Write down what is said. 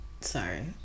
Sorry